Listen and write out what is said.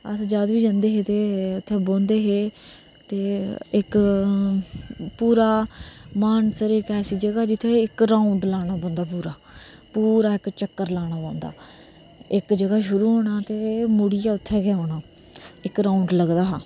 अस जद बी जंदे हे ते उत्थै बौंहदे हे ते इक पूरा मानसर इक ऐसी जगह ऐ जित्थै राँउड लाना पौंदा पूरा पूरा इक चक्कर लाना पोौंदा इक जगह दा शुरु होना ते बापस उत्थै गै औना